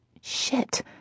shit